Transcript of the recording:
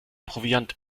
proviant